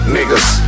Niggas